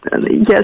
yes